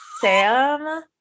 Sam